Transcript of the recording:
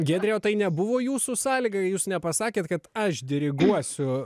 giedre o tai nebuvo jūsų sąlyga jūs nepasakėt kad aš diriguosiu